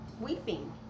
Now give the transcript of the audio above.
weeping